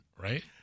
right